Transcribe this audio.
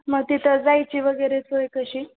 मग तिथं जायची वगैरे सोय कशी